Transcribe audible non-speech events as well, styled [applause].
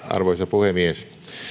[unintelligible] arvoisa puhemies